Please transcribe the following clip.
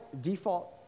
default